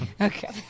Okay